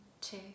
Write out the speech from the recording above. two